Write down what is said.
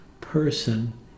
person